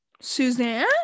Suzanne